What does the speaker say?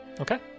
Okay